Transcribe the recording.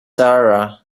sarah